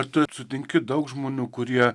ar tu sutinki daug žmonių kurie